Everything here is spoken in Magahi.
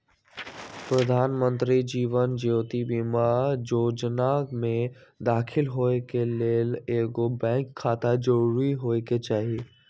प्रधानमंत्री जीवन ज्योति बीमा जोजना में दाखिल होय के लेल एगो बैंक खाता जरूरी होय के चाही